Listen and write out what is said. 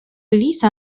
lisa